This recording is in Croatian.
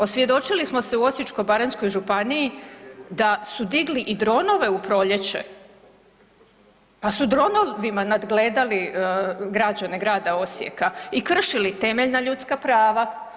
Osvjedočili smo se u Osječko-baranjskoj županiji da su digli i dronove u proljeće, pa su dronovima nagledali građane grada Osijeka i kršili temeljna ljudska prava.